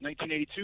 1982